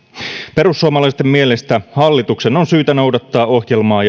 perussuomalaisten mielestä hallituksen on syytä noudattaa ohjelmaa